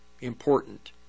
important